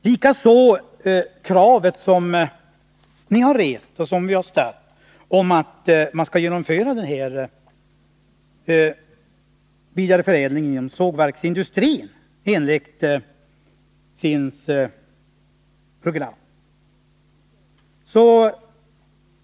Likadant förhåller det sig med kravet som ni har rest och som vi har stött på, att man skall genomföra vidareförädlingen inom sågverksindustrin enligt SIND:s program.